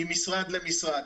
ממשרד למשרד.